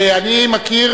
אני מכיר,